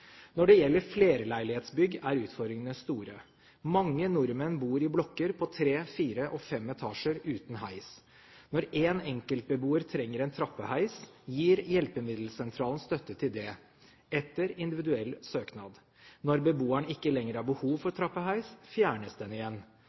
Når det gjelder flerleilighetsbygg, er ufordringene store. Mange nordmenn bor i blokker med tre, fire og fem etasjer uten heis. Når en enkeltbeboer trenger en trappeheis, gir hjelpemiddelsentralen støtte til det, etter individuell søknad. Når beboeren ikke lenger har behov for trappeheis, fjernes den igjen.